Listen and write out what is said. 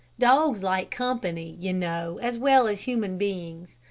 dogs like company, you know, as well as human beings.